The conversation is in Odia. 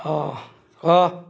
ହ ହ